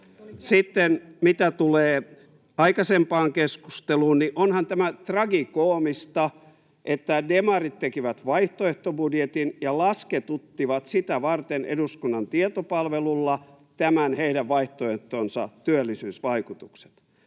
Sitten mitä tulee aikaisempaan keskusteluun, niin onhan tämä tragikoomista, että demarit tekivät vaihtoehtobudjetin ja lasketuttivat sitä varten eduskunnan tietopalvelulla tämän heidän vaihtoehtonsa työllisyysvaikutukset.